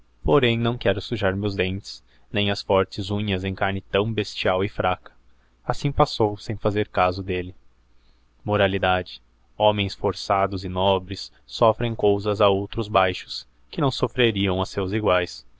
porém não quero sujar meus dentes nem as lortes unhas em carne tão i estial e fraca assim passou sem fazer caso d'elle homens forçados e nobres soffrem cousas a outros baixos que não soffrerião a seus iguaes